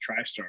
TriStar